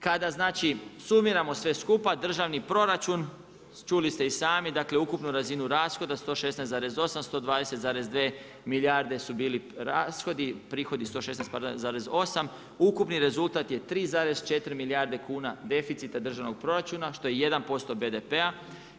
Kada znači sumiramo sve skupa, državni proračun, čuli ste i sami, dakle ukupnu razinu raskoda 116,800 20,2 milijarde su bili rashodi, prihodi pardon 116,8, ukupni rezultat je 3,4 milijarde kuna, deficita državnog proračuna što je 1% BDP-a.